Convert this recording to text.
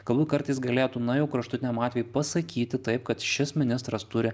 galbūt kartais galėtų na jau kraštutiniam atvejui pasakyti taip kad šis ministras turi